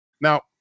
Now